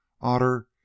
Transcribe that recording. Otter